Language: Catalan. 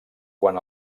quan